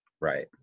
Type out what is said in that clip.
Right